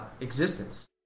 existence